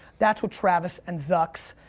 that's what travis and zucks.